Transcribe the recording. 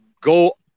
go